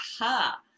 aha